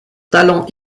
talent